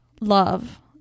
love